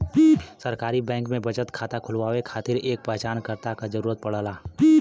सरकारी बैंक में बचत खाता खुलवाये खातिर एक पहचानकर्ता क जरुरत पड़ला